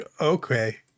okay